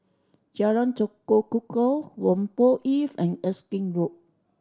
Jalan Tekukor Whampoa East and Erskine Road